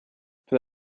peu